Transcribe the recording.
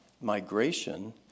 migration